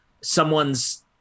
someone's